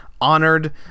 honored